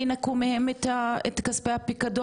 אם זה נופל על היציאה שלהם מהארץ?